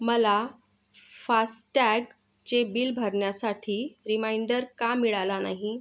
मला फास्टॅगचे बिल भरण्यासाठी रिमाइंडर का मिळाला नाही